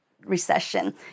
Recession